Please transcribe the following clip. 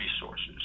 resources